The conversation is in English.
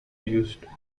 used